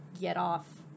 get-off